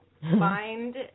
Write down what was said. Find